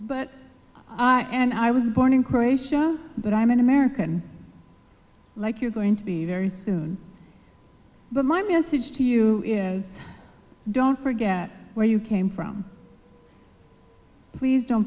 but i and i was born in croatia but i'm an american like you're going to be very soon but my message to you is don't forget where you came from please don't